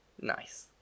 Nice